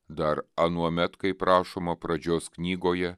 dar anuomet kaip rašoma pradžios knygoje